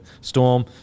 storm